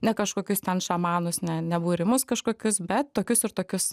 ne kažkokius ten šamanus ne ne būrimus kažkokius bet tokius ir tokius